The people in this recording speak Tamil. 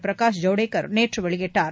பிரகாஷ் ஜவ்டேகர் நேற்று வெளியிட்டார்